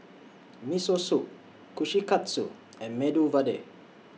Miso Soup Kushikatsu and Medu Vada